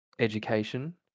education